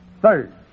Third